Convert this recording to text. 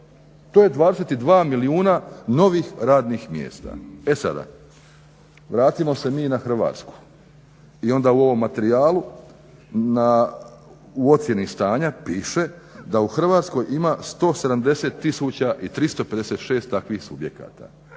To je 22 milijuna novih radnih mjesta. E sada, vratimo se mi na Hrvatsku i onda u ovom materijalu u ocjeni stanja piše da u Hrvatskoj ima 170 356 takvih subjekata.